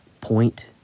point